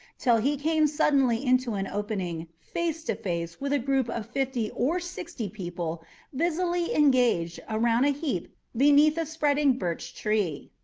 till he came suddenly into an opening, face to face with a group of fifty or sixty people busily engaged around a heap beneath a spreading beech tree.